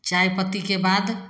चाइपत्तीके बाद